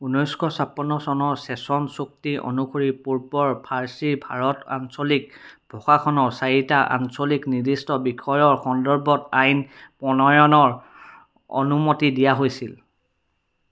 ঊনৈছশ ছাপন্ন চনৰ চেচন চুক্তি অনুসৰি পূৰ্বৰ ফৰাচী ভাৰত আঞ্চলিক প্ৰশাসনৰ চাৰিটা আঞ্চলিক নিৰ্দিষ্ট বিষয়ৰ সন্দৰ্ভত আইন প্ৰণয়নৰ অনুমতি দিয়া হৈছিল